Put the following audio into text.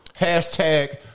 Hashtag